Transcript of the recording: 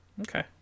okay